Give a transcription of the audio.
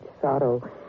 sorrow